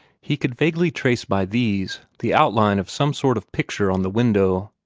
he could vaguely trace by these the outlines of some sort of picture on the window.